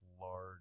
large